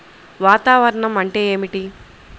వాతావరణం అంటే ఏమిటి?